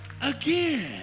again